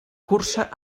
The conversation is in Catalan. cursa